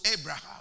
Abraham